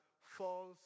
false